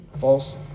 False